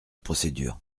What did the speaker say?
procédure